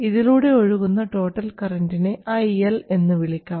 ഇതിലൂടെ ഒഴുകുന്ന ടോട്ടൽ കറൻറിനെ IL എന്നു വിളിക്കാം